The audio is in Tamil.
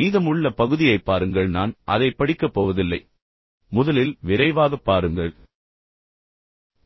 மீதமுள்ள பகுதியைப் பாருங்கள் நான் அதைப் படிக்கப் போவதில்லை முதலில் விரைவாகப் பாருங்கள்